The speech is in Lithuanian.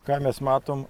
ką mes matom